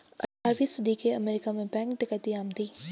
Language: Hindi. अठारहवीं सदी के अमेरिका में बैंक डकैती आम थी